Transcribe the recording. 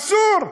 אסור.